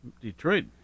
Detroit